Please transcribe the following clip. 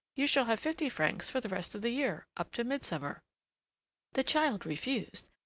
you shall have fifty francs for the rest of the year, up to midsummer the child refused,